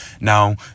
Now